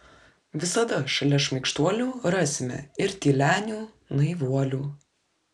visada šalia šmaikštuolių rasime ir tylenių naivuolių